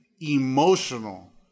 emotional